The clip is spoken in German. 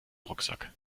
rucksack